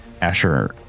Asher